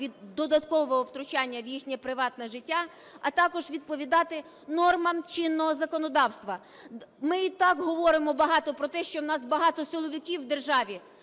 від додаткового втручання в їхнє приватне життя, а також відповідати нормам чинного законодавства. Ми і так говоримо багато про те, що у нас багато силовиків в державі,